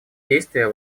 действия